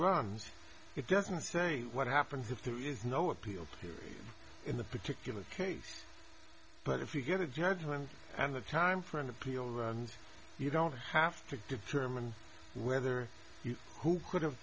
runs it doesn't say what happens if there is no appeal here in the particular case but if you get a judgment and the time for an appeal you don't have to determine whether you who could have